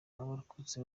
abarokotse